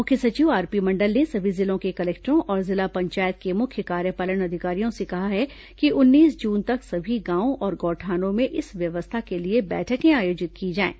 मुख्य सचिव R P Mandal ने सभी जिलों के कलेक्टरों और जिला पंचायत के मुख्य कार्यपालन अधिकारियों से कहा है कि उन्नीस जून तक सभी गांवों और गौठानों में इस व्यवस्था के लिए बैठकें आयोजित की जाएं